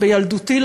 בילדותי,